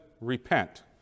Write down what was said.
repent